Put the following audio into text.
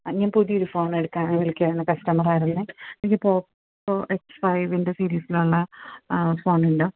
ആ ഞാന് പുതിയൊരു ഫോണെടുക്കാൻ വിളിക്കുകയാണ് കസ്റ്റമറായിരുന്നു എനിക്ക് പോക്കോ എക്സ് ഫൈവിൻ്റെ സീരീസിലുള്ള ഫോണുണ്ടോ